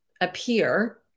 appear